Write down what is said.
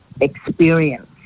experience